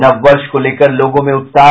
नव वर्ष को लेकर लोगों में उत्साह